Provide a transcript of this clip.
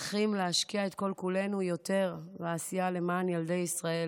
צריכים להשקיע את כל-כולנו יותר בעשייה למען ילדי ישראל.